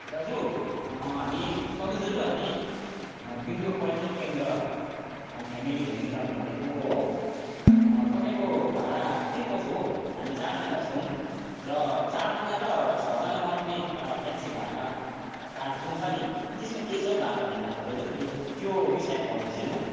दाजु हामी सन्तोष दाजु हामी बिन्दु पर्यटक केन्द्र हामी फेमिली घुम्नु जानु भनेको हो तपाईँको भाडा के कसो हो हामी चारजना छौँ र चारजना र छजाना अट्ने ट्याक्सी भाडा कार जुन छ नि त्यसमा के छ हौ भाडा भिन्नता दाजु यो त्यो विषयमा भन्नुहोस् है मलाई